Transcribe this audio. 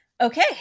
Okay